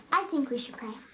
i think we should pray.